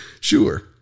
Sure